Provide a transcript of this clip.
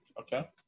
Okay